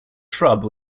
shrub